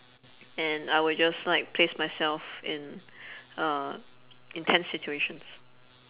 and I will just like place myself in uh intense situations